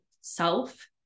self